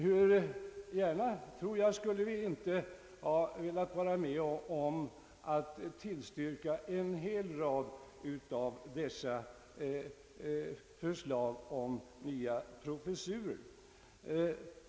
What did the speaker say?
Hur gärna, tror jag, skulle vi inte ha velat vara med om att tillstyrka en hel rad av dessa förslag om nya professurer.